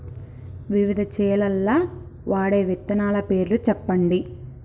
వివిధ చేలల్ల వాడే విత్తనాల పేర్లు చెప్పండి?